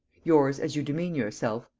yours as you demean yourself,